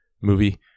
movie